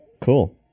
Cool